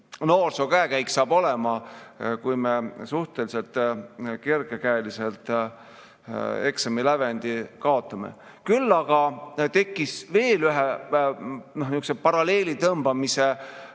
noorsoo käekäik hakkab olema, kui me suhteliselt kergekäeliselt eksamilävendi kaotame. Küll aga tekkis veel ühe niisuguse paralleeli tõmbamise koht